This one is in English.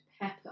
Pepper